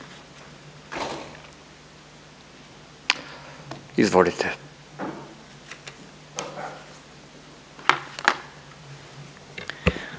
Izvolite.